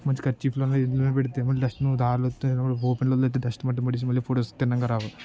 మంచి కర్చీఫ్లో అన్నా ఎందులో అన్నాపెడితే మళ్ళీ లాస్ట్ దారిలో వస్తే ఓపెన్లో అయితే డస్ట్ మటుకు పట్టి మళ్ళీ ఫోటోస్ తిన్నంగా రావు